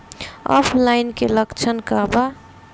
ऑफलाइनके लक्षण क वा?